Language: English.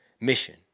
mission